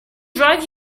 drive